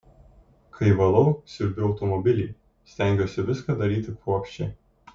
kai valau siurbiu automobilį stengiuosi viską daryti kruopščiai